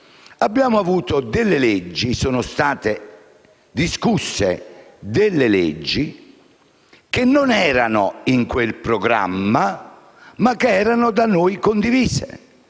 mandato di Governo sono state discusse alcune leggi che non erano in quel programma, ma che erano da noi condivise.